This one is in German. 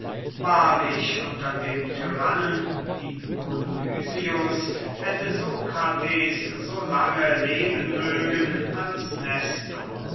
wahrlich unter dem tyrannen dionysius hätte sokrates so lange leben mögen als nestor